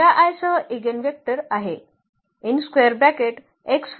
सह इगेनवेक्टर आहे